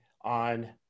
on –